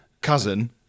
cousin